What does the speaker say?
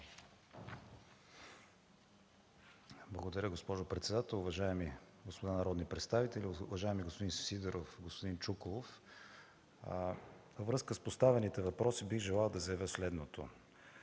Благодаря, госпожо председател. Уважаеми господа народни представители! Уважаеми господин Сидеров и господин Чуколов, във връзка с поставените въпроси бих желал да заявя следното.